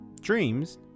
Dreams